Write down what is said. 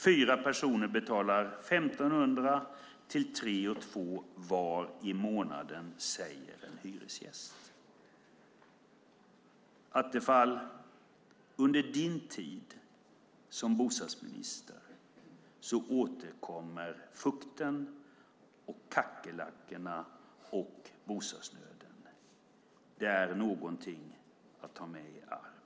Fyra personer betalar 1 500-3 200 kronor var i månaden, säger en hyresgäst." Attefall! Under din tid som bostadsminister återkommer fukten, kackerlackorna och bostadsnöden. Det är något att ta med i arv.